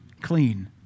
clean